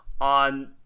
on